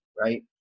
Right